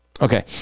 okay